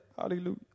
Hallelujah